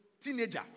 teenager